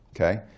Okay